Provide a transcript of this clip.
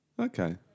Okay